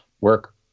work